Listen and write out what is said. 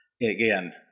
again